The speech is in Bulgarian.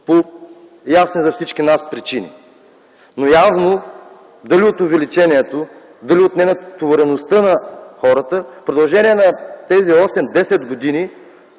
по ясни за всички нас причини. Явно дали от увеличението, дали от ненатовареността на хората в продължение на тези 8-10 години,